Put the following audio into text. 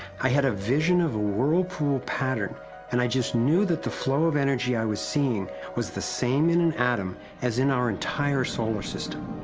i had a vision of the world pool pattern and i just knew that the flow of energy i was seeing was the same in and atom, as in our entire solar system.